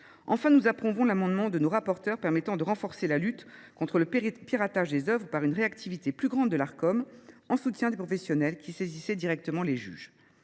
Enfin nous approuvons l’amendement de nos rapporteurs visant à renforcer la lutte contre le piratage des œuvres par une réactivité plus grande de l’Arcom en soutien des professionnels, qui saisissaient directement les juges.